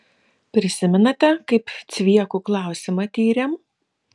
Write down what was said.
prisimenate kaip cviekų klausimą tyrėm